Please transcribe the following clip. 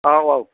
औ औ